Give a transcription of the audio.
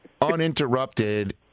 uninterrupted